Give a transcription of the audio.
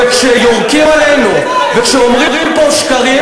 וכשיורקים עלינו וכשאומרים פה שקרים,